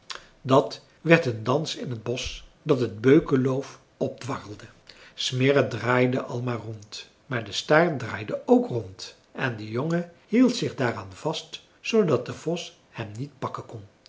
dat werd een dans in t bosch dat het beukenloof opdwarrelde smirre draaide al maar rond maar de staart draaide ook rond en de jongen hield zich daaraan vast zoodat de vos hem niet pakken kon